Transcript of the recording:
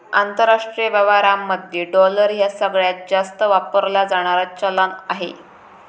आंतरराष्ट्रीय व्यवहारांमध्ये डॉलर ह्या सगळ्यांत जास्त वापरला जाणारा चलान आहे